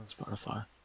Spotify